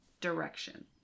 direction